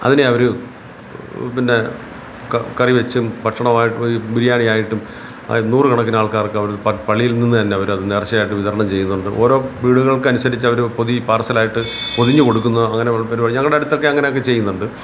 അതിനെ അവർ പിന്നെ ക കറി വച്ചും ഭക്ഷണമായി ഈ ബിരിയാണി ആയിട്ടും നൂറുകണക്കിന് ആൾക്കാർക്ക് അവർ പ പള്ളിയിൽ നിന്നുതന്നെ അവർ അത് നേർച്ചയായിട്ട് വിതരണം ചെയ്യുന്നുണ്ട് ഓരോ വീടുകൾക്കനുസരിച്ച് അവർ പൊതി പാഴ്സൽ ആയിട്ട് പൊതിഞ്ഞു കൊടുക്കുന്ന അങ്ങനെ പരിപാടി ഞങ്ങളുടെ അടുത്തൊക്കെ അങ്ങനെ ഒക്കെ ചെയ്യുന്നുണ്ട്